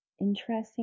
Interesting